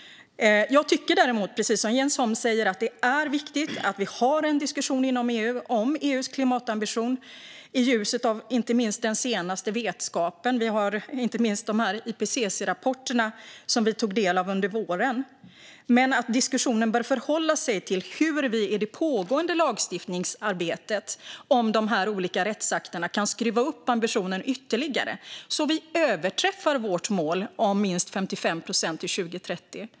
Jag tycker däremot att det är viktigt, precis som Jens Holm säger, att vi har en diskussion inom EU om EU:s klimatambition i ljuset av inte minst den senaste vetskapen. Det gäller bland annat IPCC-rapporterna som vi tog del av under våren. Men diskussionen bör förhålla sig till hur vi i det pågående lagstiftningsarbetet om de olika rättsakterna kan skruva upp ambitionen ytterligare så att vi överträffar vårt mål om minst 55 procent till 2030.